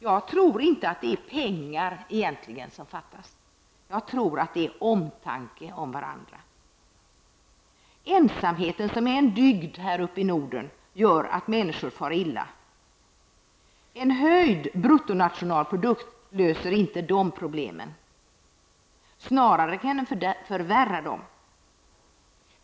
Jag tror inte att det egentligen är pengar som fattas -- jag tror att det är omtanke om varandra. Ensamheten, som är en dygd här uppe i Norden, gör att människor far illa. En höjning av bruttonationalprodukten löser inte de problemen. Snarare skulle det kunna förvärra dem.